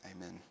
amen